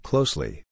Closely